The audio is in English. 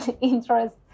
interest